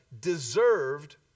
deserved